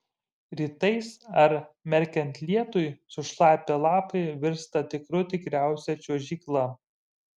rytais ar merkiant lietui sušlapę lapai virsta tikrų tikriausia čiuožykla